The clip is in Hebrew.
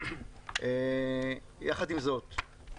יחד עם זאת,